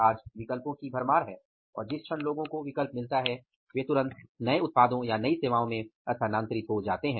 आज विकल्पों की भरमार है और जिस क्षण लोगों को विकल्प मिलता है वे तुरंत नए उत्पादों या नई सेवाओं में स्थानांतरित हो जाते हैं